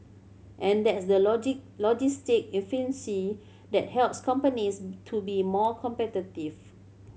and that's the logic logistic efficiency that helps companies to be more competitive